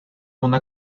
una